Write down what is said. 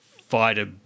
fighter